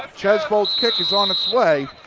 tjosvold kick is on its way.